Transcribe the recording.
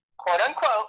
quote-unquote